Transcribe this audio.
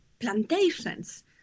plantations